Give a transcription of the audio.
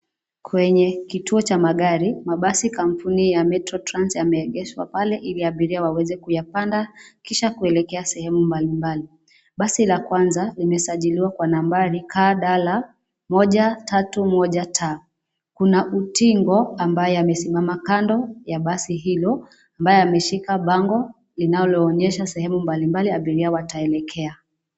Kwenye kituo cha magari mabasi kampuni Metro trans yameegeshwa pale ili abiria waweze kuyapanda kisha kuelekea sehemu mbali mbali. Basi la kwanza limesajiliwa kwa nambari KDL 131 T kuna utingo ambaye amesimama kando ya basi hilo, ambaye ameshika bango linalo onyesha sehemu mbali mbali abiria wataelekea.